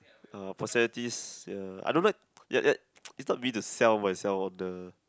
uh personalities ya I don't like ya ya it's not me to sell myself on the